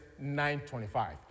9.25